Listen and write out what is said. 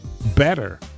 Better